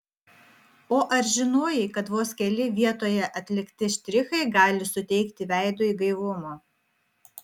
o ar žinojai kad vos keli vietoje atlikti štrichai gali suteikti veidui gaivumo